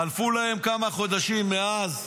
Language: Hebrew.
חלפו להם כמה חודשים מאז,